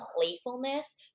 playfulness